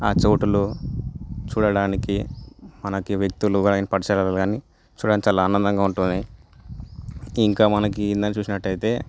ఆ చోటులో చూడడానికి మనకి వ్యక్తులు అలానే పరిసరాలుగాని చూడడానీకి చాలా ఆనందంగా ఉంటుంది ఇంకా మనకి ఇందాక చూసినట్లయితే